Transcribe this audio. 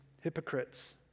hypocrites